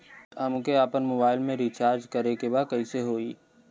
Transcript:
हमके आपन मोबाइल मे रिचार्ज करे के बा कैसे होई?